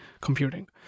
computing